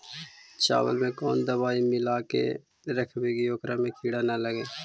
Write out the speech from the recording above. चावल में कोन दबाइ मिला के रखबै कि ओकरा में किड़ी ल लगे?